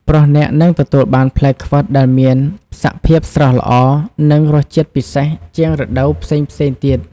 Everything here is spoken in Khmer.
ព្រោះអ្នកនឹងទទួលបានផ្លែខ្វិតដែលមានសភាពស្រស់ល្អ និងរសជាតិពិសេសជាងរដូវផ្សេងៗទៀត។